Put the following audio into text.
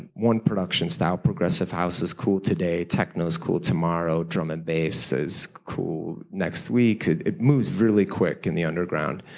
one production style, progressive house, is cool today, techno's cool tomorrow, drum and base is cool next week. it moves really quick in the underground.